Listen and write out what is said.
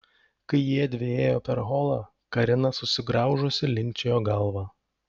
kai jiedvi ėjo per holą karina susigraužusi linkčiojo galvą